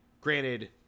Granted